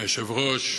אדוני היושב-ראש,